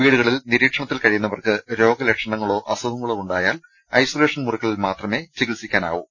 വീടുകളിൽ നിരീക്ഷ ണത്തിൽ കഴിയുന്നവർക്ക് രോഗലക്ഷണങ്ങളോ അസു ഖങ്ങളോ ഉണ്ടായാൽ ഐസൊലേഷൻ മുറികളിൽ മാത്രമേ ചികിത്സിക്കാനാകൂ